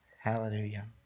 Hallelujah